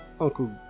Uncle